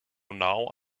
now